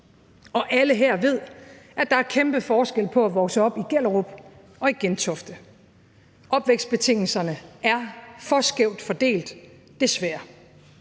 og alle her ved, at der er kæmpe forskel på at vokse op i Gellerup og i Gentofte. Opvækstbetingelserne er for skævt fordelt, desværre.